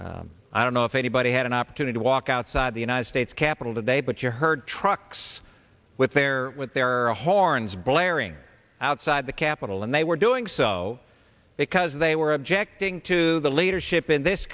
i don't know if any by they had an opportunity to walk outside the united states capitol today but you heard trucks with their with their horns blaring outside the capitol and they were doing so because they were objecting to the leadership in this